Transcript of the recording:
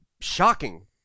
shocking